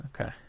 Okay